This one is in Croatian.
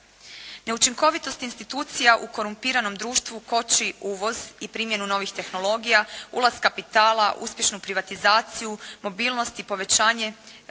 Neučinkovitost institucija u korumpiranom društvu koči uvoz i primjenu novih tehnologija, ulaz kapitala, uspješnu privatizaciju, mobilnost i povećanje